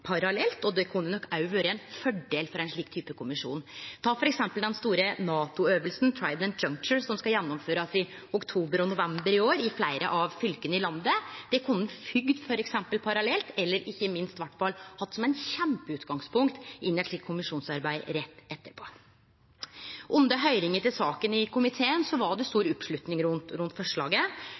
parallelt, og det ville vore ein fordel for ein slik type kommisjon. Ta for eksempel den store NATO-øvinga Trident Juncture, som skal gjennomførast i oktober og november i år i fleire av fylka i landet. Den kunne ein følgt parallelt eller iallfall hatt som eit kjempeutgangspunkt inn i eit slikt kommisjonsarbeid rett etterpå. Under høyringa til saka i komiteen var det stor oppslutning rundt forslaget.